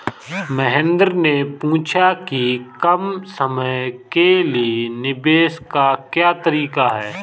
महेन्द्र ने पूछा कि कम समय के लिए निवेश का क्या तरीका है?